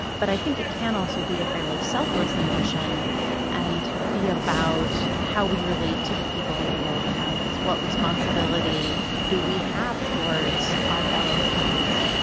but i think it can also be a fairly selfless emotion and be about how we relate to the people in the world around us. what responsibility do we have towards our fellow humans?